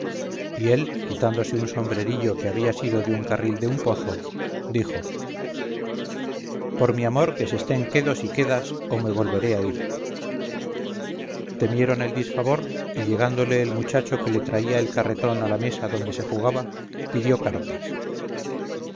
y él quitándose un sombrerillo que había sido de un carril de un pozo dijo por mi amor que se estén quedos y quedas o me volveré a ir temieron el disfavor y llegándole el muchacho que le traía el carretón a la mesa donde se jugaba pidió cartas